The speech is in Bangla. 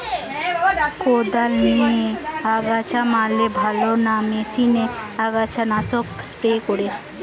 কদাল দিয়ে আগাছা মারলে ভালো না মেশিনে আগাছা নাশক স্প্রে করে?